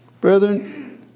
Brethren